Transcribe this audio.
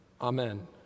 Amen